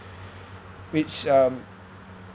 which um